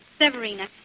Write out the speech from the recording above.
Severina